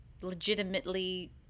legitimately